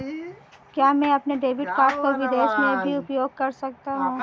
क्या मैं अपने डेबिट कार्ड को विदेश में भी उपयोग कर सकता हूं?